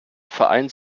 vereins